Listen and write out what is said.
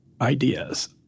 ideas